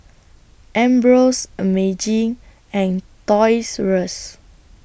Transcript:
Ambros Meiji and Toys R US